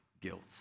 guilt